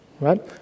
right